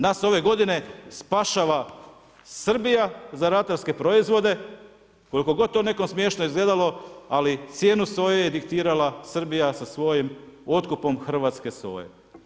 Nas ove godine, spašava Srbija, za ratarske proizvode, koliko god to nekom smješno izgledalo, ali cijenu soje je diktirala Srbija, sa svojim otkupom hrvatske soje.